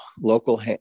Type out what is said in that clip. local